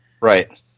Right